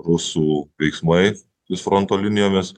rusų veiksmai ties fronto linijomis